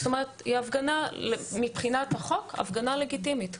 זאת אומרת מבחינת החוק היא הפגנה לגיטימית.